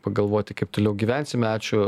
pagalvoti kaip toliau gyvensime ačiū